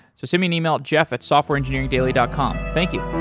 so send me an email at jeff at softwareengineeringdaily dot com thank you.